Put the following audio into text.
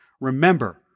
Remember